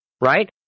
right